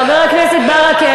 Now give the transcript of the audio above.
חבר הכנסת ברכה,